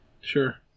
Sure